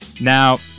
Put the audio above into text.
Now